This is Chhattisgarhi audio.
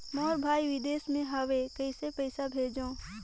मोर भाई विदेश मे हवे कइसे पईसा भेजो?